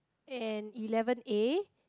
and eleven A